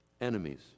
enemies